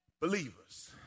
Believers